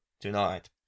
tonight